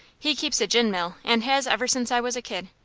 he keeps a gin mill, and has ever since i was a kid.